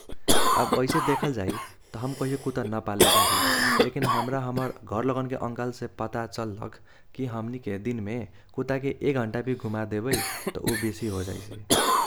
आब ऐसे देखल जाई त हम कहियों कुत्ता न पाल्ले बारी। लेकिन हाम्रा हमर घर लगन के अंकल से पत्ता चल्लक कि हमनी के दिन मे कुत्ता के एक घंटा भी घुमा देबाई त उ बेसी होजाइसै ।